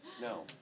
no